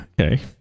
okay